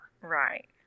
Right